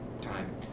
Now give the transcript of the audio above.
Time